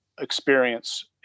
experience